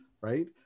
right